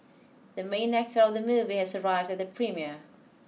the main actor of the movie has arrived at the premiere